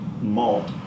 malt